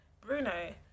Bruno